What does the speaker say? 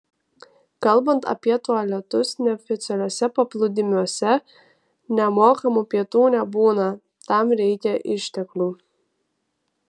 kalbant apie tualetus neoficialiuose paplūdimiuose nemokamų pietų nebūna tam reikia išteklių